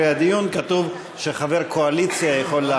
הדיון כתוב שחבר קואליציה יכול לענות.